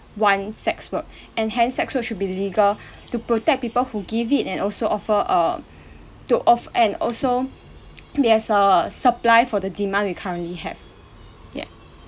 want sex work and hence sex work should be legal to protect people who give it and also offer err to off~ and also there's a supply for the demand we can't really have yet